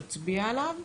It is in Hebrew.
נצביע עליו.